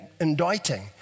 indicting